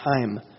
time